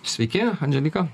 sveiki andželika